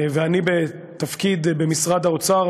ואני בתפקיד במשרד האוצר,